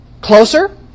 closer